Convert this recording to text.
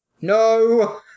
No